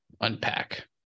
unpack